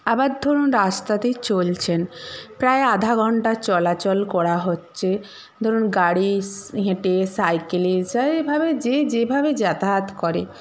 আবার ধরুন রাস্তাতে চলছেন প্রায় আধা ঘন্টা চলাচল করা হচ্ছে ধরুন গাড়ি হেঁটে সাইকেলে যাই ভাবে যে যেভাবে যাতায়াত করে